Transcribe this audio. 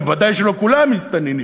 אבל בוודאי שלא כולם מסתננים.